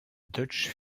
deutsche